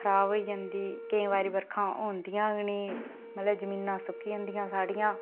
खराब होई जंदी केईं बारी बर्खां होंदियां के नी मतलब जमीनां सुक्की जंदियां स्हाड़ियां